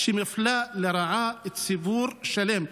והיא מפלה לרעה ציבור שלם.